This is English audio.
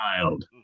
child